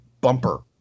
Bumper